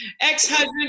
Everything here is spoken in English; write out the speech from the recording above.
ex-husband